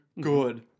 good